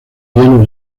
hielo